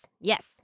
yes